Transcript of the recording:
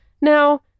Now